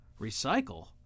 Recycle